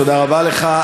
תודה רבה לך,